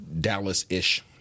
Dallas-ish